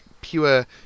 pure